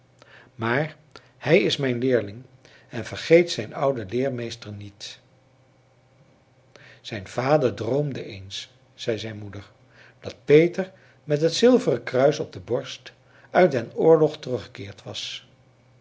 maar hij is mijn leerling en vergeet zijn ouden leermeester niet zijn vader droomde eens zei zijn moeder dat peter met het zilveren kruis op de borst uit den oorlog teruggekeerd was